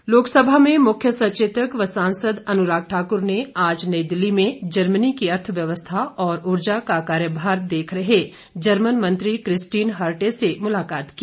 अन्राग लोकसभा में मुख्य सचेतक व सांसद अनुराग ठाकुर ने आज नई दिल्ली में जर्मनी की अर्थव्यवस्था और ऊर्जा का कार्यभार देख रहे जर्मन मंत्री क्रिस्टीन हर्टे से मुलाकात की